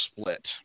Split